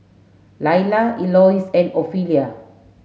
Laila Elois and Ofelia